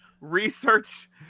research